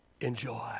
enjoy